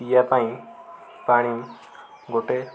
ପିଇବା ପାଇଁ ପାଣି ଗୋଟେ